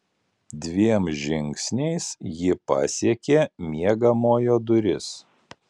dviem žingsniais ji pasiekė miegamojo duris